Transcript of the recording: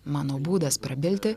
mano būdas prabilti